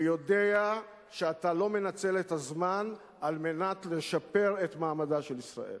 ויודע שאתה לא מנצל את הזמן על מנת לשפר את מעמדה של ישראל.